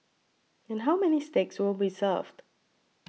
and how many steaks will be served